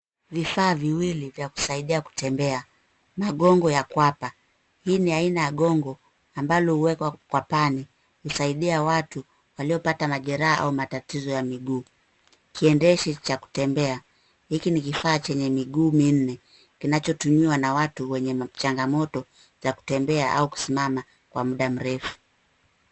Vifaa viwili vya kusaidia kutembea. Magongo ya kwapa. Hii ni aina ya gongo, ambalo huwekwa kwapani, husaidia watu waliopata majeraha au matatizo ya miguu. Kiendeshi cha kutembea. Hiki ni kifaa chenye miguu minne, kinachotumiwa na watu wenye changamoto za kutembea au kusimama kwa muda mrefu.